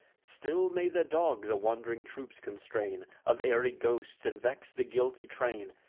still may the dog the wand'ring troops constrain of airy ghosts, and vex the guilty train,